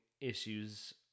issues